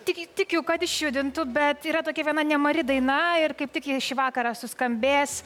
tik tikiu kad išjudintų bet yra tokia viena nemari daina ir kaip tik ji šį vakarą suskambės